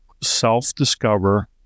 self-discover